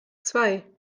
zwei